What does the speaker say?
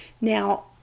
Now